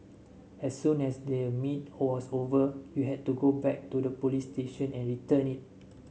as soon as the meet has over you had to go back to the police station and return it